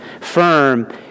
firm